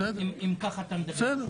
בסדר.